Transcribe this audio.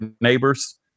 neighbors